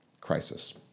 crisis